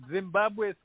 Zimbabwe